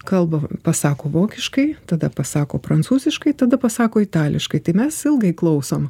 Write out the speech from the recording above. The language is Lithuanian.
kalbą pasako vokiškai tada pasako prancūziškai tada pasako itališkai tai mes ilgai klausom